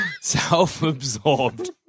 self-absorbed